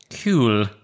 Cool